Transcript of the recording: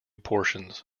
portions